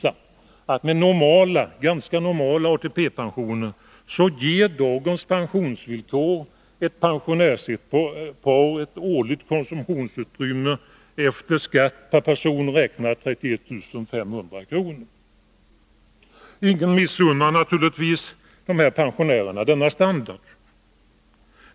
Analyserna visar basbeloppet, att dagens pensionsvillkor ger ett pensionärspar med ganska normala ATP-pensioner ett årligt konsumtionsutrymme efter skatt per person på 31 500 kr. Ingen missunnar naturligtvis de här pensionärerna denna standard.